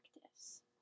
practice